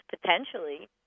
potentially